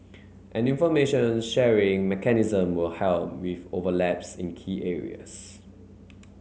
an information sharing mechanism will help with overlaps in key areas